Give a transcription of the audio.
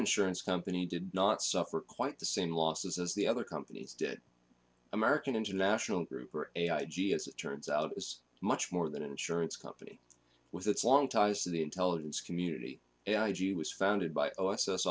insurance company did not suffer quite the same losses as the other companies did american international group or a i g as it turns out is much more than an insurance company with its long ties to the intelligence community was founded by o s